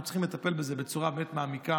אנחנו צריכים לטפל בזה בצורה באמת מעמיקה.